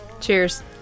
Cheers